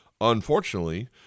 Unfortunately